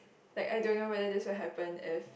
like I don't know whether this will happen if